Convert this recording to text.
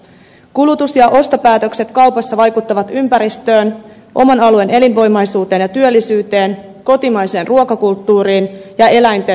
kulutus ja ostopäätökset kaupassa vaikuttavat ympäristöön oman alueen elinvoimaisuuteen ja työllisyyteen kotimaiseen ruokakulttuuriin ja eläinten hyvinvointiin